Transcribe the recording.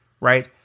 right